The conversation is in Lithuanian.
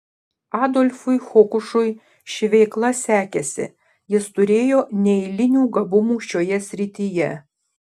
adolfui hokušui ši veikla sekėsi jis turėjo neeilinių gabumų šioje srityje